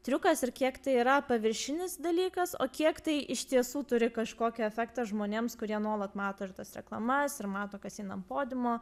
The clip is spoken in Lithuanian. triukas ir kiek tai yra paviršinis dalykas o kiek tai iš tiesų turi kažkokio efekto žmonėms kurie nuolat mato ir tas reklamas ir mato kas eina podiumo